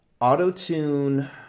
Auto-tune